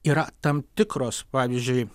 yra tam tikros pavyzdžiui